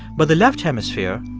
but the left hemisphere,